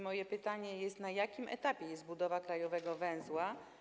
Moje pytanie: Na jakim etapie jest budowa krajowego węzła?